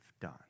done